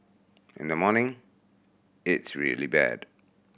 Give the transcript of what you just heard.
in the morning it's really bad